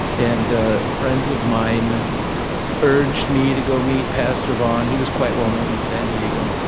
and ah friends of mine urged me to go meet pastor vaughn. he was quite well-known in san diego.